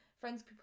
friends